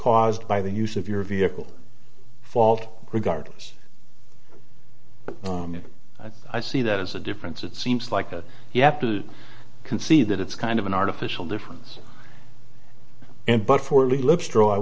caused by the use of your vehicle fault regardless i see that as a difference it seems like a you have to concede that it's kind of an artificial difference and but